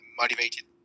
motivated